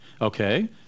Okay